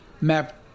map